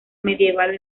medieval